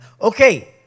okay